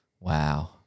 Wow